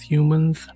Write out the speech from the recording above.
Humans